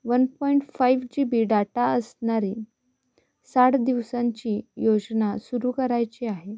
one point five G B data असणारी साठ दिवसांची योजना सुरू करायची आहे